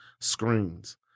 screens